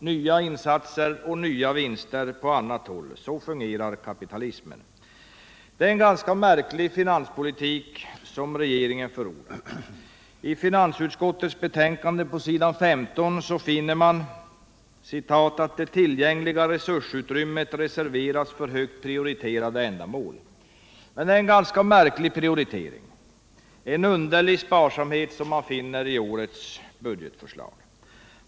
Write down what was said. Nya insatser — nya vinster på annat håll. Så fungerar kapitalismen. Det är en märklig finanspolitik som regeringen förordar. I finansutskottets betänkande heter det att tillgängligt resursutrymme reserveras för högt prioriterade ändamål. Men det är en märklig prioritering och en underlig sparsamhet som vi finner i årets budgetförslag.